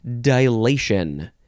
Dilation